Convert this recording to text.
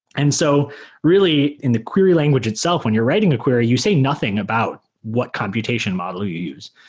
and so really, in the query language itself, when you're writing a query, you say nothing about what computation model you use.